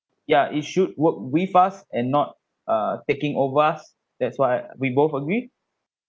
ya it should work with us and not uh taking over us that's what I we both agree